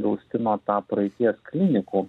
gaustino tą praeities klinikų